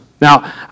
Now